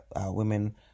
women